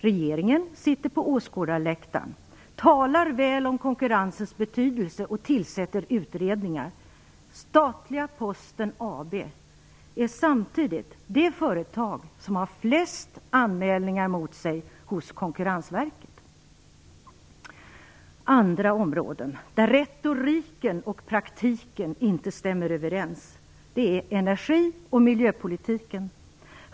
Regeringen sitter på åskådarläktaren, talar väl om konkurrensens betydelse och tillsätter utredningar. Statliga Posten AB är samtidigt det företag som har flest anmälningar mot sig hos Konkurrensverket. Andra områden där retoriken och praktiken inte stämmer överens är energi och miljöpolitiken.